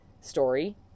story